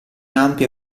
ampio